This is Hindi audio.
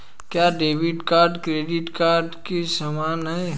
क्या डेबिट कार्ड क्रेडिट कार्ड के समान है?